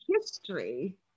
history